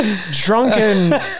Drunken